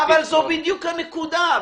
זאת בדיוק הנקודה.